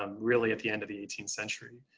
um really at the end of the eighteenth century.